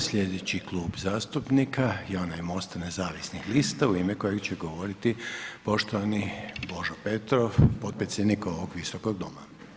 Sljedeći klub zastupnika je onaj Most-a nezavisnih lista u ime kojih će govoriti poštovani Božo Petrov, potpredsjednik ovog Visokog doma.